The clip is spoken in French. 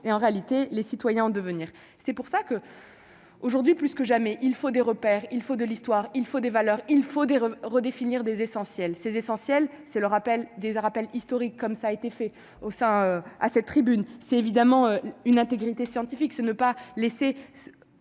et en réalité, les citoyens de venir, c'est pour ça que. Aujourd'hui plus que jamais, il faut des repères, il faut de l'histoire, il faut des valeurs, il faut dire redéfinir des essentiel, c'est essentiel, c'est le rappel des un rappel historique, comme ça a été fait au sein à cette tribune, c'est évidemment une intégrité scientifique ce ne pas laisser